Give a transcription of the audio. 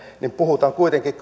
niin puhutaan kuitenkin